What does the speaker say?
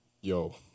Yo